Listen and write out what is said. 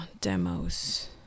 demos